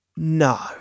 no